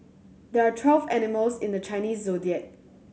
there are twelve animals in the Chinese Zodiac